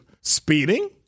speeding